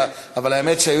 זה בסדר,